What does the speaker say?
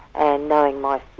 um knowing my